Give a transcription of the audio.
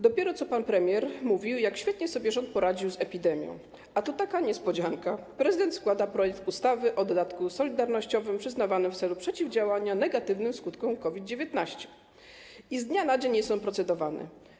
Dopiero pan premier mówił, jak świetnie sobie rząd poradził z epidemią, a tu taka niespodzianka, prezydent składa projekt ustawy o dodatku solidarnościowym przyznawanym w celu przeciwdziałania negatywnym skutkom COVID-19, który z dnia na dzień jest procedowany.